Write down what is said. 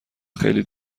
خیلی